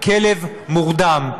הכלב מורדם,